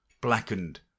blackened